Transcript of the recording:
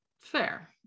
fair